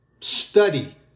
Study